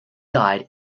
died